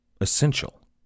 essential